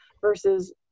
versus